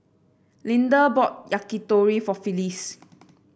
Linda bought Yakitori for Phyllis